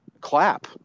clap